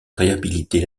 réhabiliter